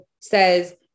says